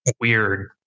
weird